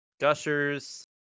Gushers